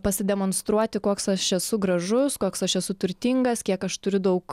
pasidemonstruoti koks aš esu gražus koks aš esu turtingas kiek aš turiu daug